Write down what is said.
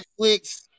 Netflix